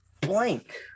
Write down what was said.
Blank